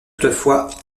autrefois